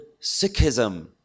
Sikhism